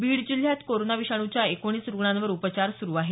बीड जिल्ह्यात कोरोना विषाण्च्या एकोणीस रूग्णांवर उपचार सुरू आहेत